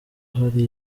hari